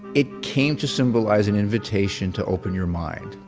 it came to symbolize an invitation to open your mind,